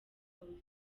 abafana